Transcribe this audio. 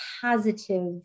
positive